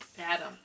Adam